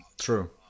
true